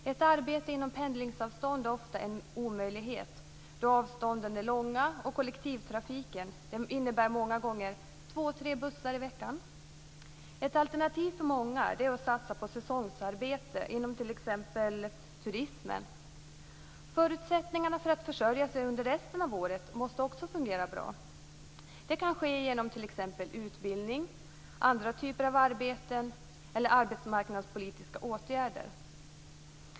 Ett arbete inom pendlingsavstånd är ofta en omöjlighet, då avstånden är långa och kollektivtrafiken många gånger innebär två tre bussar i veckan. Ett alternativ för många är att satsa på säsongsarbete inom t.ex. turismen. Förutsättningarna för att försörja sig under resten av året måste också fungera bra. Det kan ske genom t.ex. utbildning, andra typer av arbeten eller arbetsmarknadspolitiska åtgärder.